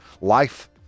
life